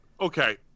Okay